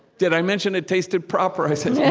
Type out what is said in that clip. did i mention it tasted proper? i said, yeah,